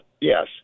yes